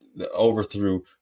overthrew